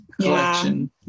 collection